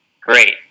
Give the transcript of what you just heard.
Great